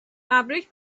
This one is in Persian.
تبریک